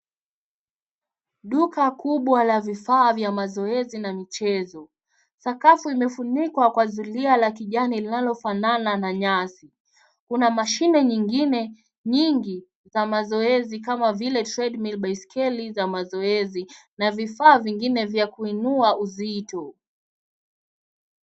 Duka kubwa la vifaa vya mazoezi na michezo. Sakafu imefunikwa kwa zulia la kijani, linayofanana na nyasi. Kuna mashine nyingine nyingi za mazoezi, kama vile treadmill baiskeli za mazoezi, na vifaa vingine vya kuinua uzito.